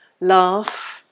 laugh